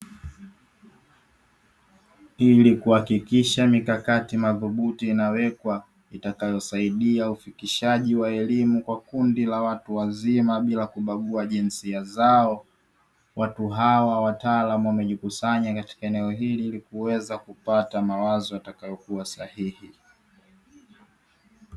Ili kuhakikisha mikakati madhubuti inawekwa itakayosaidia ufikishaji wa elimu kwa kundi la watu wazima bila kubagua jinsia zao, watu hawa wataalamu wamejikusanya katika eneo hili ili kuweza kupata mawazo atakayokuwa sahihi.